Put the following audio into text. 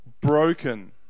Broken